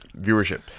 Viewership